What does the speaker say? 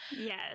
yes